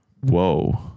Whoa